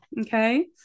okay